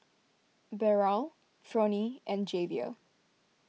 Beryl Fronie and Javier